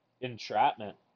entrapment